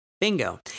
Bingo